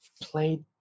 played